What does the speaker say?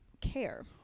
care